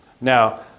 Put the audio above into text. Now